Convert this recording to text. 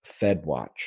fedwatch